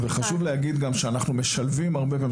להגיד שאנחנו משלבים הרבה,